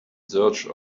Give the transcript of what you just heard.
search